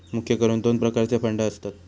मुख्य करून दोन प्रकारचे फंड असतत